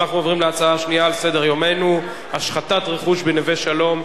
אנחנו עוברים להצעה השנייה על סדר-יומנו: השחתת רכוש בנווה-שלום,